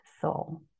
soul